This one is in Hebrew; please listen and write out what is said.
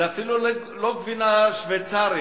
זה אפילו לא גבינה שוויצרית,